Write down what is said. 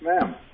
ma'am